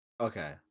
Okay